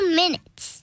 minutes